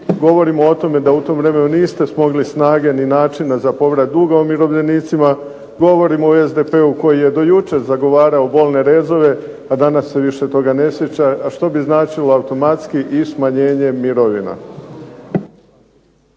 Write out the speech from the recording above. govorimo o tome da u tom vremenu niste smogli snage ni načina za povrat duga umirovljenicima, govorimo o SDP-u koji je do jučer zagovarao bolne rezove, a danas se više toga ne sjeća, a što bi značilo automatski i smanjenje mirovina.